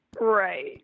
Right